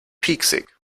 pieksig